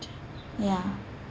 ya